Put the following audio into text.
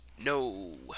No